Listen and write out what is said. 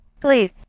Please